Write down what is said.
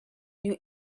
new